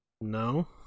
No